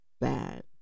bad